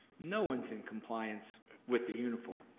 no one's in compliance with the uniform,